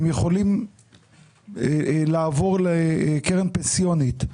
הם יכולים לעבור לקרן פנסיונית.